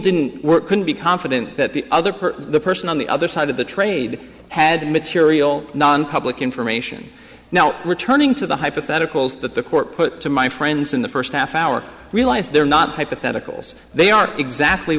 didn't work can be confident that the other per person on the other side of the trade had material nonpublic information now returning to the hypotheticals that the court put to my friends in the first half hour realized they're not hypotheticals they are exactly